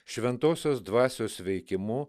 šventosios dvasios veikimu